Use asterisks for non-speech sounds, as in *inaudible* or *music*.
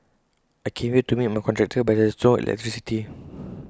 I came here to meet my contractor but there's no electricity *noise*